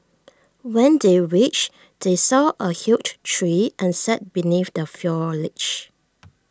when they reached they saw A huge tree and sat beneath the foliage